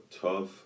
tough